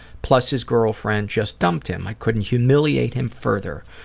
plus his girlfriend just dumped him, i couldn't humiliate him further.